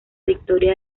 victoria